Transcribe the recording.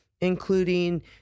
including